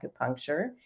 acupuncture